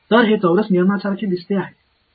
तर हे चौरस नियमांसारखे दिसते का